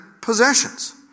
possessions